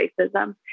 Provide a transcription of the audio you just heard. racism